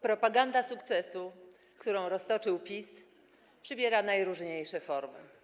Propaganda sukcesu, którą roztoczył PiS, przybiera najróżniejsze formy.